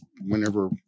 whenever